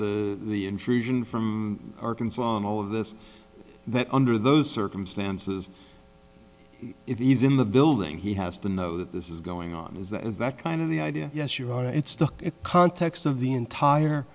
the intrusion from arkansas and all of this that under those circumstances it is in the building he has to know that this is going on is that is that kind of the idea yes you are it's the context of the entire